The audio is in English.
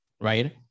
right